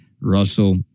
Russell